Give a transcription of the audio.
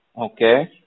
Okay